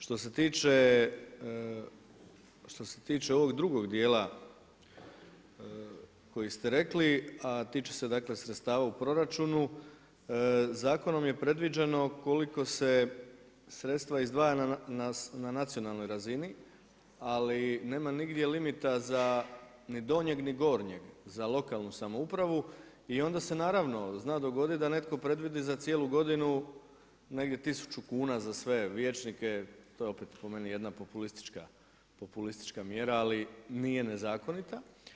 Što se tiče ovog drugog djela koji ste rekli, a tiče se dakle sredstava u proračunu, zakonom je predviđeno koliko se sredstva izdvaja na nacionalnoj razini, ali nema nigdje limita ni donjeg ni gornjeg za lokalnu samoupravu i onda se naravno, zna dogoditi da netko predvidi za cijelu godinu negdje 1000 kuna za sve vijećnike, to je opet po meni jedna populistička mjera, ali nije nezakonita.